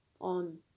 on